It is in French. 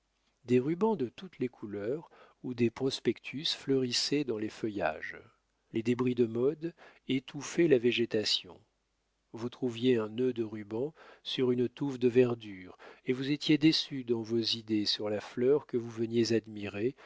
des rubans de toutes les couleurs ou des prospectus fleurissaient dans les feuillages les débris de modes étouffaient la végétation vous trouviez un nœud de rubans sur une touffe de verdure et vous étiez déçu dans vos idées sur la fleur que vous veniez admirer